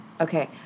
okay